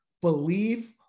believe